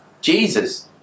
Jesus